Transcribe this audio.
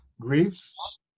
Griefs